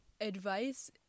advice